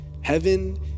Heaven